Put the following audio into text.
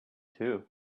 too